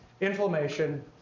Inflammation